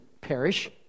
perish